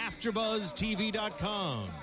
AfterBuzzTV.com